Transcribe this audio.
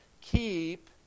keep